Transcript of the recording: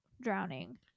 Drowning